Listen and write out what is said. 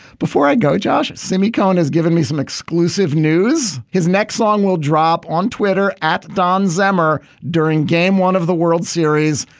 before i go josh semicolon has given me some exclusive news. his next song will drop on twitter at dawn zimmer during game one of the world series.